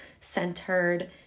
centered